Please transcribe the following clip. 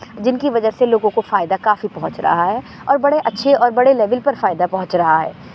جن کی وجہ سے لوگوں کو فائدہ کافی پہنچ رہا ہے اور بڑے اچھے اور بڑے لیول پر فائدہ پہنچ رہا ہے